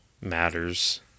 matters